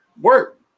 work